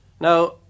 Now